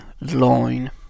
line